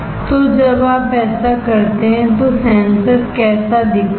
तो जब आप ऐसा करते हैं तो सेंसर कैसा दिखता है